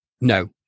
No